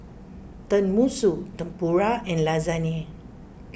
Tenmusu Tempura and Lasagne